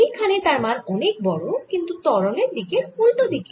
এইখানে তার মান অনেক বড় কিন্তু ত্বরণের দিকের উল্টো দিকে